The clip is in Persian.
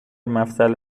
مفصل